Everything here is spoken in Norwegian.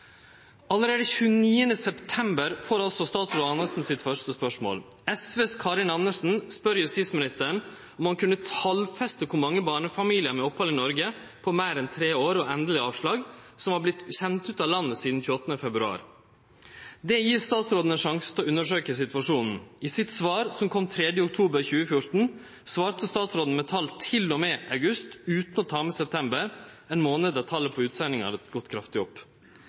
Allereie den 29. september får statsråd Anundsen det første spørsmålet. Karin Andersen frå Sosialistisk Venstreparti spør justisministeren om han kan talfeste kor mange barnefamiliar med opphald i Noreg på meir enn tre år og med endeleg avslag, som har vorte sende ut av landet sidan 28. februar. Det gir statsråden ein sjanse til å undersøkje situasjonen. I sitt svar den 3. oktober 2014 svarte statsråden med tal til og med august utan å ta med september – ein månad der talet på utsendingar hadde gått kraftig opp.